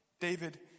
David